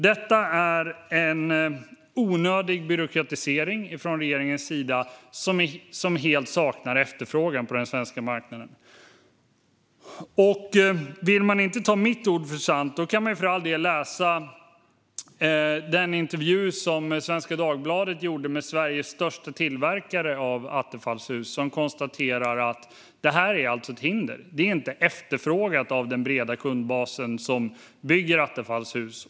Detta är en onödig byråkratisering från regeringens sida som helt saknar efterfrågan på den svenska marknaden. Vill man inte ta mitt ord för sant kan man för all del läsa den intervju som Svenska Dagbladet gjorde med Sveriges största tillverkare av attefallshus. Han konstaterar där att detta är ett hinder och något som inte är efterfrågat av den breda kundbas som bygger attefallshus.